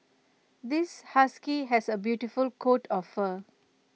this husky has A beautiful coat of fur